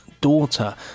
daughter